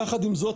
יחד עם זאת,